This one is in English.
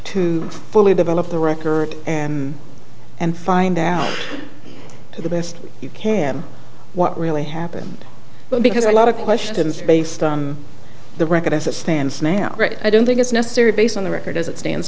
to fully develop the record and find out the best you can what really happened because a lot of questions based on the record as it stands now i don't think it's necessary based on the record as it stands